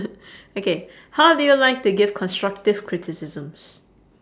okay how do you like to give constructive criticisms